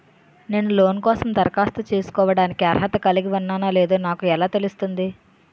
నేను లోన్ కోసం దరఖాస్తు చేసుకోవడానికి అర్హత కలిగి ఉన్నానో లేదో నాకు ఎలా తెలుస్తుంది?